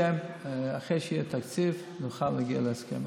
אחרי שיהיה תקציב נוכל להגיע להסכם.